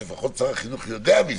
שלפחות שר החינוך יודע מזה.